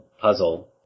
puzzle